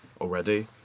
already